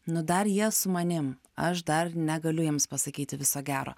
nu dar jie su manim aš dar negaliu jiems pasakyti viso gero